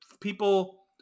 people